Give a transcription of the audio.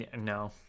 No